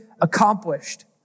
accomplished